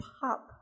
pop